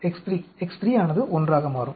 X3 X3 ஆனது 1 ஆக மாறும்